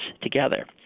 together